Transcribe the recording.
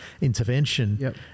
intervention